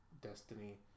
Destiny